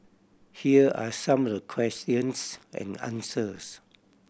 here are some the questions and answers